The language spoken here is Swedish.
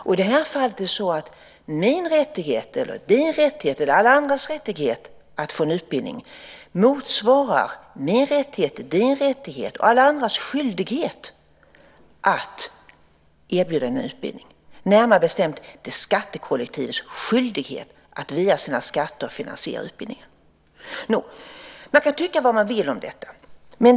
Och i det här fallet är det så att min rättighet eller din rättighet eller alla andras rättighet att få en utbildning motsvarar min rättighet, din rättighet och alla andras skyldighet att erbjuda en utbildning, närmare bestämt är det skattekollektivets skyldighet att via sina skatter finansiera utbildningen. Man kan tycka vad man vill om detta.